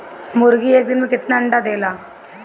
मुर्गी एक दिन मे कितना अंडा देला?